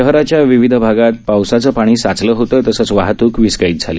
शहराच्या विविध भागांत पावसाचं पाणी साचलं होतं तसंच वाहतूक विस्कळीत झाली